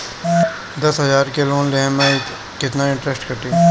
दस हजार के लोन लेहम त कितना इनट्रेस कटी?